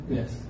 Yes